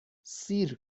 سیر